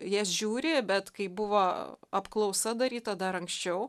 jas žiūri bet kai buvo apklausa daryta dar anksčiau